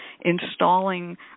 installing